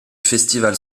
festival